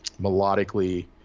melodically